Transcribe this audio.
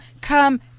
come